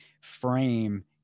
frame